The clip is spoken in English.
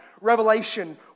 Revelation